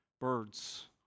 birds